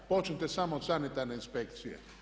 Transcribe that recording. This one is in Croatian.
Počnite samo od sanitarne inspekcije.